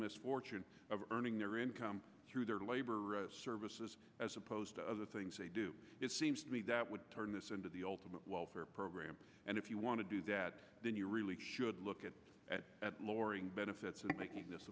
misfortune of earning their income through their labor services as opposed to other things they do it seems to me that would turn this into the welfare program and if you want to do that then you really should look at at loring benefits of making this